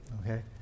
Okay